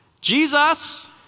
Jesus